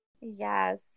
Yes